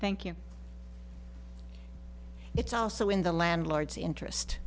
thank you it's also in the landlord's interest